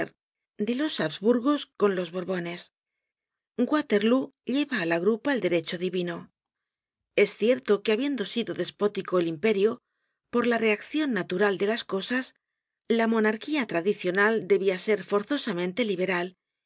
de los habsburgos con los borbones waterlóo lleva á la grupa el derecho divino es cierto que habiendo sido despótico el imperio por la reaccion natural de las cosas la monarquía tradicional debía ser forzosamente liberal